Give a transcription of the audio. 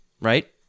right